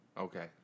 Okay